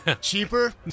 Cheaper